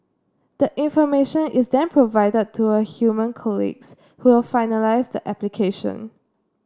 the information is then provided to her human colleagues who will finalise the application